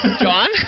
John